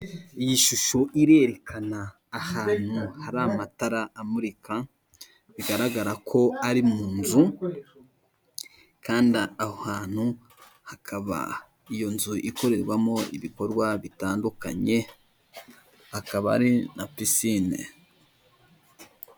Iyi shusho irerekana ahantu hari amatara amurika bigaragara ko ari mu nzu, kandi aho hantu hakaba iyo nzu ikorerwamo ibikorwa bitandukanye akaba ari na pisine.